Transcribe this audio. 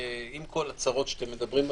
עם כל הצרות שאתם מדברים עליהן,